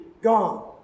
gone